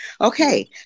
Okay